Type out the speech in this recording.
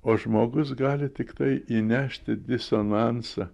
o žmogus gali tiktai įnešti disonansą